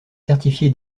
certifié